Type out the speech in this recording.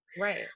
right